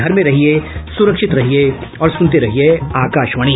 घर में रहिये सुरक्षित रहिये और सुनते रहिये आकाशवाणी